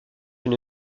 une